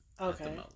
Okay